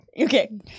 Okay